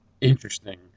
interesting